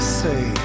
say